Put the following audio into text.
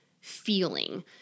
feeling